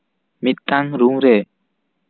ᱢᱤᱫᱴᱟᱝ ᱨᱩᱢᱨᱮ